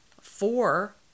four